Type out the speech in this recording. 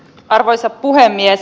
arvoisa puhemies